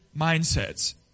mindsets